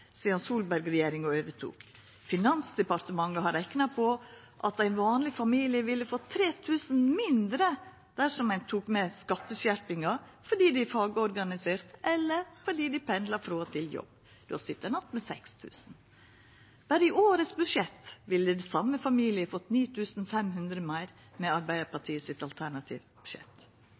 sidan Solberg-regjeringa overtok. Finansdepartementet har rekna på at ein vanleg familie ville fått 3 000 kr mindre dersom ein tok med skatteskjerpinga fordi dei er fagorganiserte eller pendlar frå og til jobb. Då sit ein att med 6 000 kr. Berre i årets budsjett ville den same familien fått 9 500 kr meir med Arbeidarpartiets alternative budsjett.